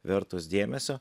vertos dėmesio